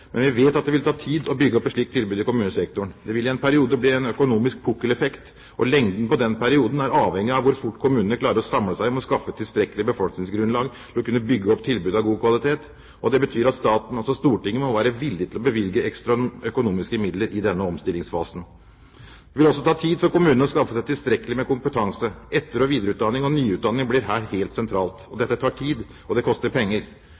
Men vi vet at det vil ta tid å bygge opp et slikt tilbud i kommunesektoren. Det vil i en periode bli en økonomisk pukkeleffekt, og lengden på den perioden er avhengig av hvor fort kommunene klarer å samle seg om å skaffe tilstrekkelig befolkningsgrunnlag til å kunne bygge opp tilbud av god kvalitet. Det betyr at staten – altså Stortinget – må være villig til å bevilge ekstra økonomiske midler i denne omstillingsfasen. Det vil også ta tid for kommunene å skaffe seg tilstrekkelig med kompetanse. Etter- og videreutdanning og nyutdanning blir her helt sentralt. Dette tar tid, og det koster penger.